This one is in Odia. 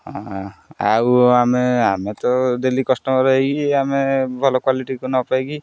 ହ ଆଉ ଆମେ ଆମେ ତ ଡେଲି କଷ୍ଟମର ହେଇକି ଆମେ ଭଲ କ୍ୱାଲିଟି ନ ପାଇକି